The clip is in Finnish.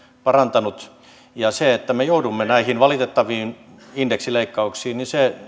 parantanut se että me joudumme näihin valitettaviin indeksileikkauksiin